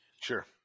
Sure